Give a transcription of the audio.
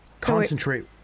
concentrate